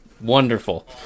wonderful